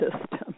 system